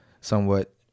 somewhat